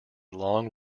long